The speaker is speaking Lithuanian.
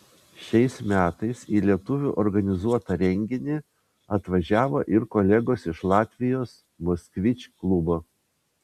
šiais metais į lietuvių organizuotą renginį atvažiavo ir kolegos iš latvijos moskvič klubo